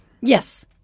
Yes